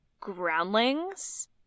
groundlings